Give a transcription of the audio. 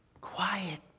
quiet